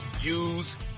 use